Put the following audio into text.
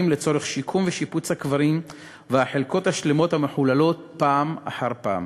לצורך שיקום ושיפוץ הקברים והחלקות השלמות המחוללות פעם אחר פעם.